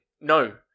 No